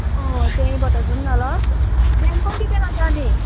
अँ त्यहीँबाट जाउँ न ल बिहान कतिखेर जाने